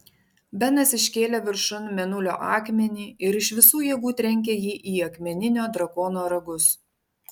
benas iškėlė viršun mėnulio akmenį ir iš visų jėgų trenkė jį į akmeninio drakono ragus